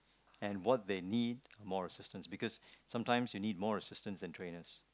and what they need more assistance because sometimes you need more assistance and trainers